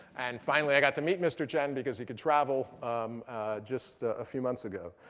and finally i got to meet mr. chen, because he could travel just a few months ago.